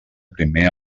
primer